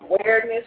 awareness